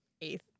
eighth